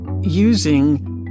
using